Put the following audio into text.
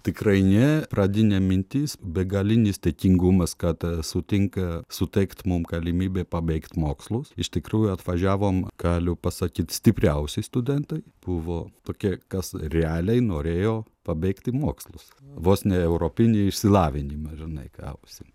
tikrai ne pradinė mintis begalinis dėkingumas kad sutinka suteikt mum galimybę pabaigt mokslus iš tikrųjų atvažiavom galiu pasakyt stipriausi studentai buvo tokie kas realiai norėjo pabaigti mokslus vos ne europinį išsilavinimą žinai gausim